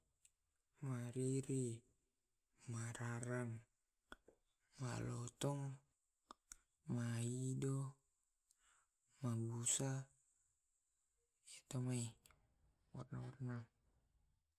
Mariri, mararang, malotong, maido, mabusa iya tumai warna warna.